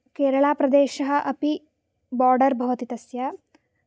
केरलाप्रदेशः अपि बोर्डर् भवति तस्य